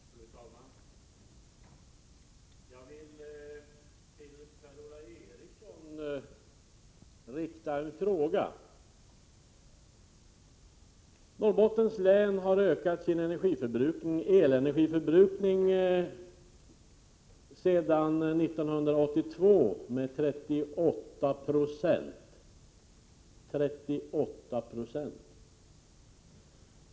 Fru talman! Jag vill rikta en fråga till Per-Ola Eriksson. Norrbottens län har ökat sin elenergiförbrukning sedan 1982 med 38 9.